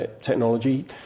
technology